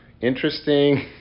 interesting